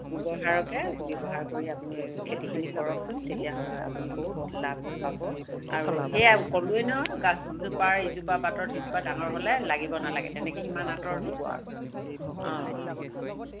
গোবৰ সাৰকে ব্যৱহাৰ কৰি আপুনি খেতিখিনি কৰকচোন তেতিয়াহ'লে আপুনি বহুত লাভ পাব আৰু সেয়া ক'লোঁৱেই নহয় গছজোপাৰ ইজোপা পাতত সিজোপা ডাঙৰ হ'লে লাগিব নালাগে তেনেকৈ সিমান আঁতৰত ৰুব আৰু অ অ অ